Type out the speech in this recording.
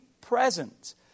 present